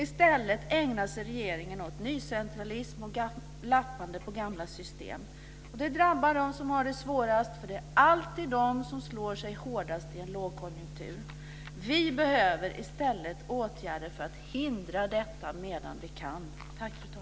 I stället ägnar sig regeringen åt nycentralism och lappande på gamla system. Det drabbar dem som har det svårast - det är alltid de som slår sig hårdast i en lågkonjunktur. Vi behöver i stället åtgärder för att hindra detta medan vi kan göra det.